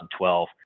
2012